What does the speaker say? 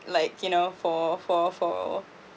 like you know for for for